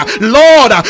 Lord